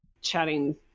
chatting